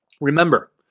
Remember